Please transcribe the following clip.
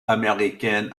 américaines